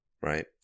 right